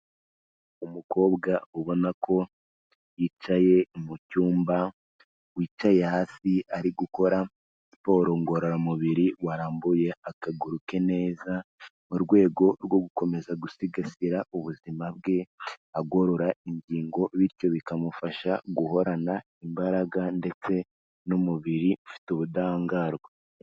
Umukobwa ubona ko yicaye mu cyumba, wicaye hasi ari gukora siporo ngororamubiri, warambuye akaguru ke neza, mu rwego rwo gukomeza gusigasira ubuzima bwe, agorora ingingo, bityo bikamufasha guhorana imbaraga, ndetse n'umubiri ufite ubudahangarwa.